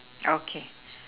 okay